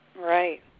Right